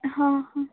हा ह